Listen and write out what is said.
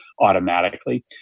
automatically